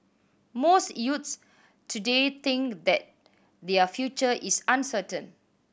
most youths today think that their future is uncertain